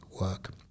work